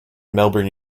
melbourne